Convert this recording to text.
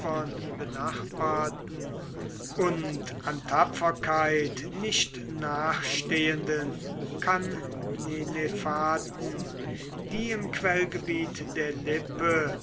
benachbarten und an tapferkeit nicht nachstehenden cannenefaten die im quellgebiet der lippe